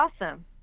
awesome